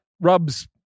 rubs